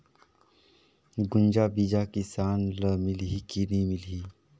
गुनजा बिजा किसान ल मिलही की नी मिलही?